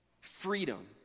freedom